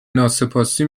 ناسپاسی